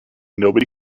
nobody